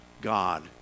God